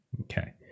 Okay